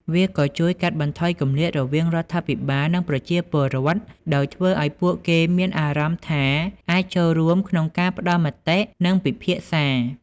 វាក៏ជួយកាត់បន្ថយគម្លាតរវាងរដ្ឋាភិបាល និងប្រជាពលរដ្ឋ ដោយធ្វើឱ្យពួកគេមានអារម្មណ៍ថាអាចចូលរួមក្នុងការផ្តល់មតិ និងពិភាក្សា។